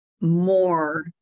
more